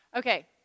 Okay